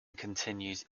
continues